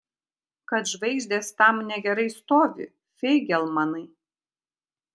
kad žvaigždės tam negerai stovi feigelmanai